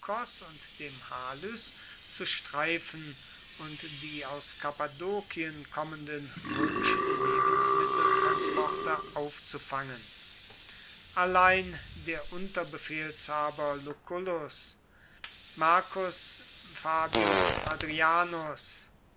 und dem halys zu streifen und die aus kappadokien kommenden römischen lebensmitteltransporte aufzufangen allein der unterbefehlshaber lucullus marcus fabius